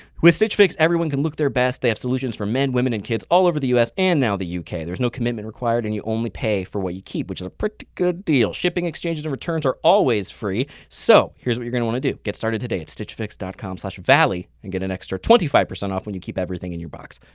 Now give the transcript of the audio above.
with stitchfix everyone can look their best. they have solutions for men, women and kids all over the u s. and now the uk. there's no commitment required and you only pay for what you keep, which is a pretty good deal. shipping, exchanges and returns are always free. so, here's what you're gonna wanna do, get started today at stitchfix dot com slash valley and get an extra twenty five percent off when you keep everything in your box.